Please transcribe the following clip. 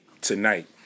tonight